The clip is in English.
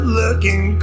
looking